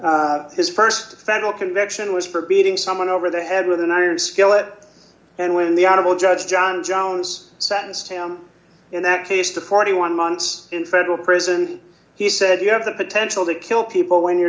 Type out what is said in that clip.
his st federal conviction was for beating someone over the head with an iron skillet and when the animal judge john jones sentenced him in that case to forty one months in federal prison he said you have the potential to kill people when you're